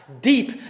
deep